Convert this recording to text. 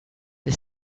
the